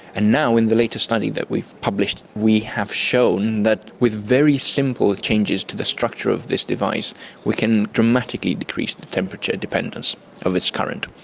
and now in the latest study that we've published we have shown that with very simple changes to the structure of this device we can dramatically decrease the temperature dependence of its current.